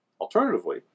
Alternatively